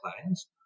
clients